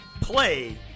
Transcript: play